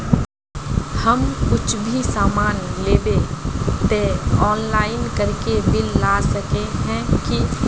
हम कुछ भी सामान लेबे ते ऑनलाइन करके बिल ला सके है की?